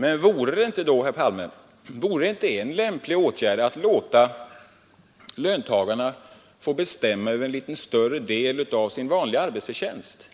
Men vore det inte då, herr Palme, en lämplig åtgärd att låta löntagarna få bestämma över litet större del av sin vanliga arbetsförtjänst?